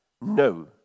No